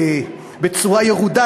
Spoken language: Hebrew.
בצורה ירודה,